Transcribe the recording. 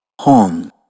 Horn